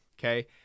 okay